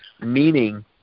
meaning –